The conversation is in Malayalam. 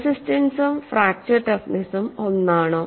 റെസിസ്റ്റൻസും ഫ്രാക്ച്ചർ ടഫ്നെസും ഒന്നാണോ